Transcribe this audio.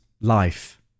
life